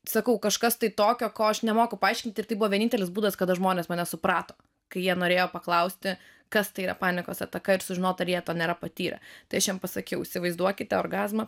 sakau kažkas tai tokio ko aš nemoku paaiškinti ir tai buvo vienintelis būdas kada žmonės mane suprato kai jie norėjo paklausti kas tai yra panikos ataka ir sužinot ar jie to nėra patyrę tai aš jiem pasakiau įsivaizduokite orgazmą